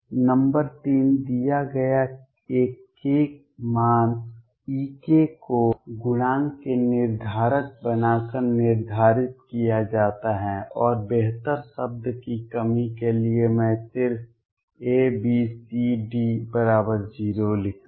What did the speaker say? number 3 दिया गया एक k मान E को गुणांक के निर्धारक बनाकर निर्धारित किया जाता है और बेहतर शब्द की कमी के लिए मैं सिर्फ A B C D 0 लिखूंगा